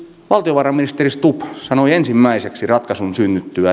valtiovarainministeri stubb sanoi ensimmäiseksi ratkaisun synnyttyä